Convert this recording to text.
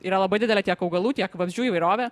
yra labai didelė tiek augalų tiek vabzdžių įvairovė